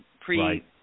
pre